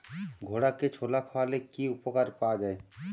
ঘোড়াকে ছোলা খাওয়ালে কি উপকার পাওয়া যায়?